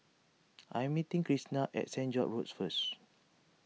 I am meeting Kristina at Saint George's Road first